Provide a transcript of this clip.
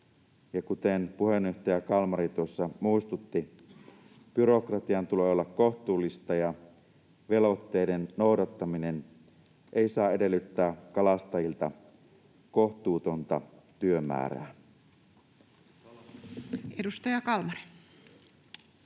kuten puheenjohtaja Kalmari muistutti, byrokratian tulee olla kohtuullista ja velvoitteiden noudattaminen ei saa edellyttää kalastajilta kohtuutonta työmäärää. [Speech 374]